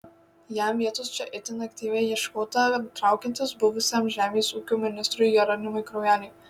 jam vietos čia itin aktyviai ieškota traukiantis buvusiam žemės ūkio ministrui jeronimui kraujeliui